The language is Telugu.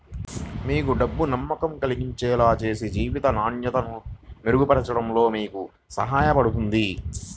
మీకు డబ్బు నమ్మకం కలిగించేలా చేసి జీవిత నాణ్యతను మెరుగుపరచడంలో మీకు సహాయపడుతుంది